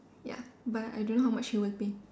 ya but I don't know how much he will pay